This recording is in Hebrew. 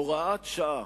הוראת שעה.